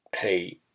hey